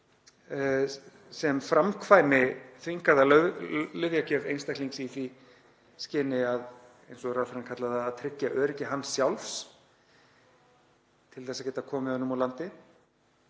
sem framkvæmi þvingaða lyfjagjöf einstaklings í því skyni, eins og ráðherrann kallaði það, að tryggja öryggi hans sjálfs til þess að geta komið honum úr landi.